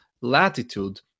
latitude